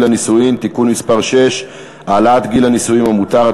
הנישואין (תיקון מס' 6) (העלאת גיל הנישואין המותר),